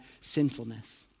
sinfulness